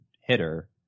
hitter